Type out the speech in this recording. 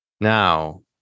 Now